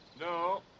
No